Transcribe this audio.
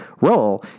role